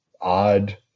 odd